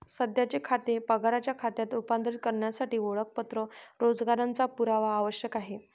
सध्याचे खाते पगाराच्या खात्यात रूपांतरित करण्यासाठी ओळखपत्र रोजगाराचा पुरावा आवश्यक आहे